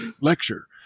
lecture